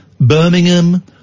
Birmingham